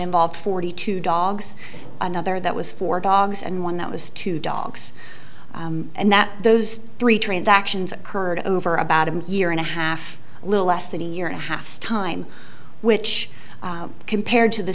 involved forty two dogs another that was for dogs and one that was two dogs and that those three transactions occurred over about a year and a half a little less than a year and a half's time which compared t